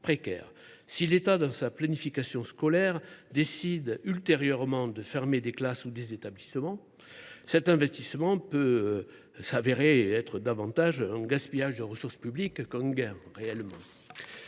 Si l’État, dans sa planification scolaire, décide ultérieurement de fermer des classes ou des établissements, cet investissement peut représenter en fin de compte un gaspillage de ressources publiques. Toujours est